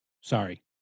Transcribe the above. Sorry